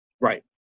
Right